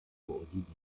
koordiniert